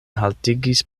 haltigis